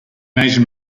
asian